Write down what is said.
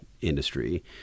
industry